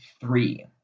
three